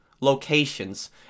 locations